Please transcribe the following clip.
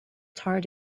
tart